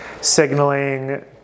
signaling